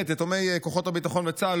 יתומי כוחות הביטחון וצה"ל,